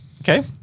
Okay